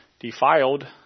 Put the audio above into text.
Defiled